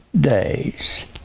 days